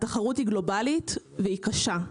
התחרות היא גלובלית והיא קשה.